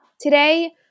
Today